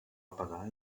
apagar